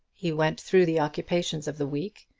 he went through the occupations of the week.